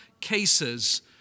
cases